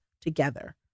together